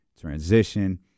transition